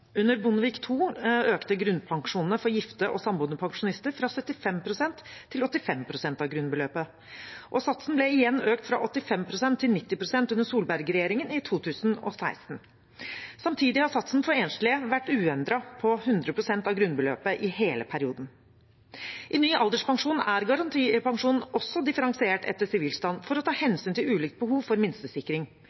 Under Bondevik II økte grunnpensjonene for gifte og samboende pensjonister fra 75 pst. til 85 pst. av grunnbeløpet. Og satsen ble igjen økt, fra 85 pst. til 90 pst., under Solberg-regjeringen i 2016. Samtidig har satsen for enslige vært uendret på 100 pst. av grunnbeløpet i hele perioden. I ny alderspensjon er garantipensjon også differensiert etter sivilstand for å ta hensyn til ulike behov for minstesikring.